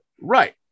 Right